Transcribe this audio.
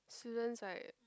students right